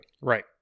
Right